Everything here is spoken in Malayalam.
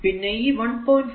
പിന്നെ ഈ 1